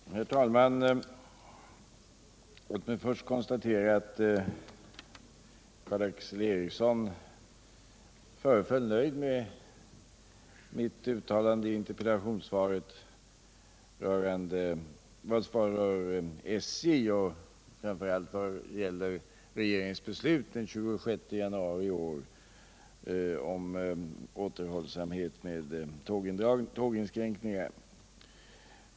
Herr talman! Låt mig först konstatera att Karl Erik Eriksson föreföll nöjd med mitt uttalande i interpellationssvaret rörande SJ och framför allt vad gäller regeringens beslut den 26 januari i år om återhållsamhet med tåginskränkningar.